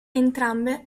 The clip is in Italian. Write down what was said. entrambe